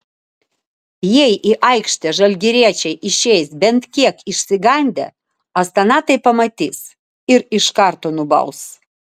jei į aikštę žalgiriečiai išeis bent kiek išsigandę astana tai pamatys ir iš karto nubaus